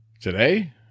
today